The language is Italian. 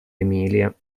emilia